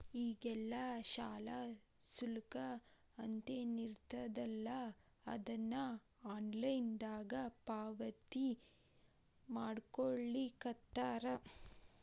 ಈಗೆಲ್ಲಾ ಶಾಲಾ ಶುಲ್ಕ ಅಂತೇನಿರ್ತದಲಾ ಅದನ್ನ ಆನ್ಲೈನ್ ದಾಗ ಪಾವತಿಮಾಡ್ಕೊಳ್ಳಿಖತ್ತಾರ